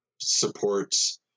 supports